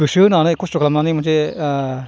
गोसो होनानै कस्त' खालामनानै मोनसे